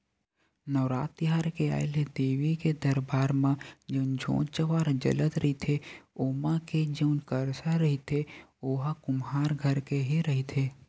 नवरात तिहार के आय ले देवी के दरबार म जउन जोंत जंवारा जलत रहिथे ओमा के जउन करसा रहिथे ओहा कुम्हार घर के ही रहिथे